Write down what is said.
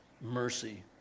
mercy